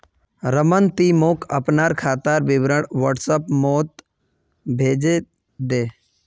रमन ती मोक अपनार खातार विवरण व्हाट्सएपोत भेजे दे